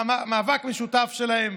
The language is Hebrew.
מאבק משותף שלהם,